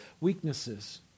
weaknesses